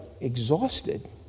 exhausted